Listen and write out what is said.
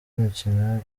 mikino